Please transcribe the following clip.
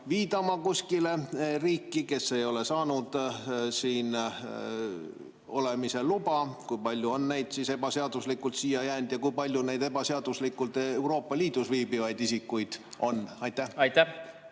saatma kuskile riiki, kes ei ole saanud siin olemise luba? Kui palju on ebaseaduslikult siia jäänuid ja kui palju neid ebaseaduslikult Euroopa Liidus viibivaid isikuid on? Äkki